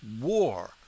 war